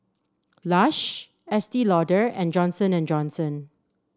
Lush Estee Lauder and Johnson And Johnson